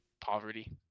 Poverty